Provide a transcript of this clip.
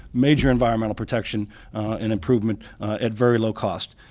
major environmental protection and improvement at very low cost.